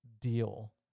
deal